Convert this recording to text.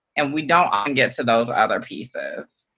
and we don't often get to those other pieces.